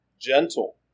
gentle